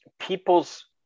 people's